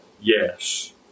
Yes